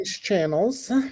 channels